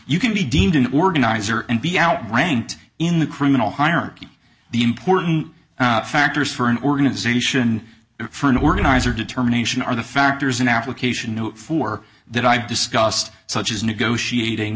you can be deemed an organizer and be out ranked in the criminal hierarchy the important factors for an organization for an organizer determination are the factors an application for that i've discussed such as negotiating